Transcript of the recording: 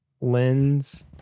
lens